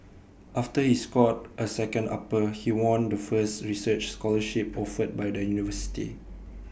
after he scored A second upper he won the first research scholarship offered by the university